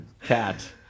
Cat